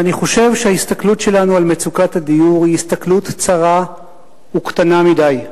אני חושב שההסתכלות שלנו על מצוקת הדיור היא הסתכלות צרה וקטנה מדי.